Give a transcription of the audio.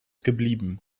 geblieben